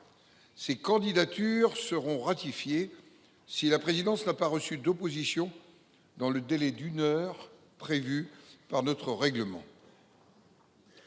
Ces candidatures seront ratifiées si la présidence n’a pas reçu d’opposition dans le délai d’une heure prévu par notre règlement.